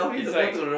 it's like